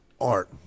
art